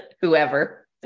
whoever